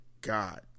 god